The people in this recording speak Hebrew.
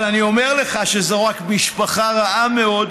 אבל אני אומר לך שזו רק משפחה רעה מאוד,